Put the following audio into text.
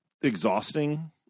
exhausting